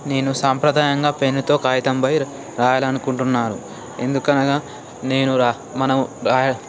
నేను సాంప్రదాయంగా పెన్తో కాగితంపై రాయాలనుకుంటున్నా ఎందుకనగా నేను రా మనం రా